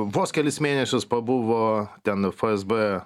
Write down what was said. vos kelis mėnesius pabuvo ten fsb